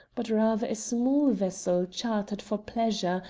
but rather a small vessel chartered for pleasure,